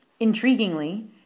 Intriguingly